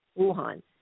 Wuhan